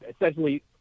essentially